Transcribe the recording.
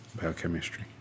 biochemistry